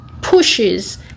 pushes